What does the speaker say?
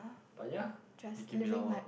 but ya it can be our